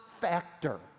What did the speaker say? factor